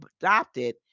adopted